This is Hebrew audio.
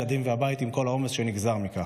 הילדים והבית עם כל העומס שנגזר מכך.